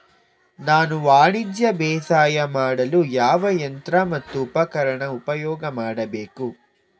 ನಾನು ವಾಣಿಜ್ಯ ಬೇಸಾಯ ಮಾಡಲು ಯಾವ ಯಂತ್ರ ಮತ್ತು ಉಪಕರಣ ಉಪಯೋಗ ಮಾಡಬೇಕು?